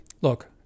look